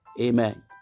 amen